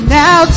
now